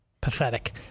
Pathetic